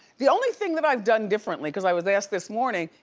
the only thing that i've done differently, cause i was asked this morning,